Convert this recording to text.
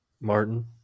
Martin